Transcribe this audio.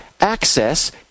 access